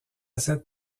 cette